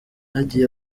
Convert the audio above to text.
bagiye